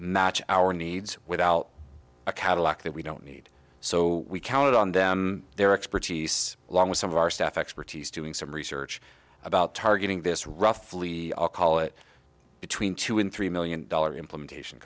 match our needs without a cadillac that we don't need so we counted on them their expertise along with some of our staff expertise doing some research about targeting this roughly a collet between two and three million dollars implementation